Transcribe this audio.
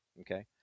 okay